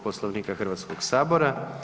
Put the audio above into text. Poslovnika Hrvatskoga sabora.